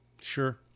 Sure